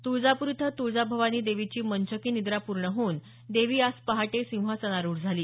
तुळजापूर इथं तुळजाभवानी देवीची मंचकी निद्रा पूर्ण होऊन देवी आज पहाटे सिंहासनारूढ झाली